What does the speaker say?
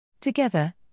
Together